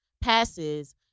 passes